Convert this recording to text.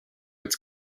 its